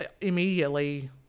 immediately